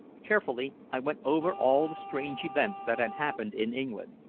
carefully i went over all the strange events that had happened in england,